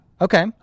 Okay